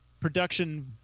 production